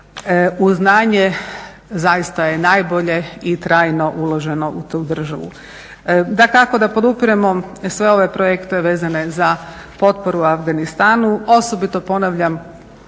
znanje zaista je najbolje i trajno uloženo u tu državu. Dakako da podupiremo sve ove projekte vezane za potporu Afganistanu, osobito ponavljam